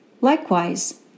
Likewise